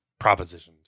propositioned